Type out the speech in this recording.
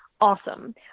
awesome